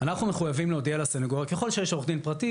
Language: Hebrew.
האם התייעץ,